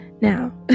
now